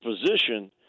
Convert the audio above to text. position